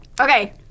Okay